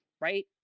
right